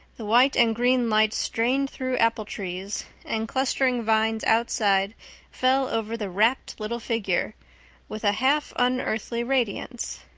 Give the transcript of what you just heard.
the white and green light strained through apple trees and clustering vines outside fell over the rapt little figure with a half-unearthly radiance.